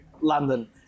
London